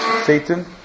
Satan